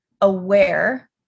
aware